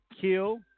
Kill